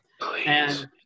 Please